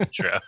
true